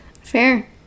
Fair